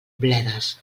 bledes